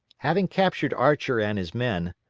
having captured archer and his men,